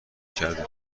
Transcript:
کرده